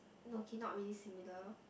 no cannot really similar